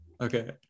Okay